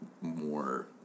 more